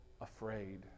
afraid